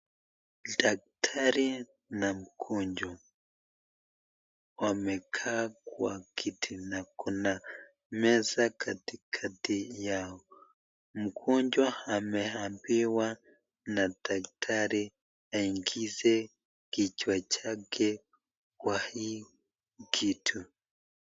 Dakitari na mgonjwa, wamekaa kwa kiti , na kuna meza katikati yao, mgonjwa ameambiwa na dakitari aingize kichwa chake kwa hii kitu.